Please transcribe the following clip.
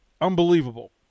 unbelievable